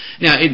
Now